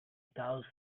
cause